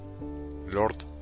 Lord